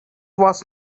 was